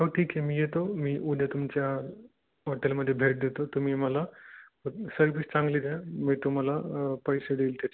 हो ठीक आहे मी येतो मी उद्या तुमच्या हॉटेलमध्ये भेट देतो तुम्ही मला सर्विस चांगली द्या मी तुम्हाला पैसे देईल त्याचे